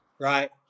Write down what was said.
Right